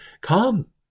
come